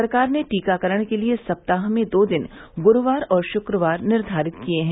सरकार ने टीकाकरण के लिए सप्ताह में दो दिन गुरूवार और शुक्रवार निर्धारित किये हैं